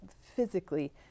physically